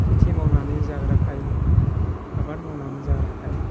खेति मावनानै जाग्राखाय आबाद मावनानै जाग्राखाय